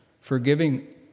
forgiving